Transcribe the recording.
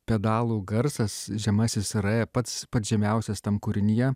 pedalų garsas žemasis yra pats pats žemiausias tam kūrinyje